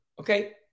okay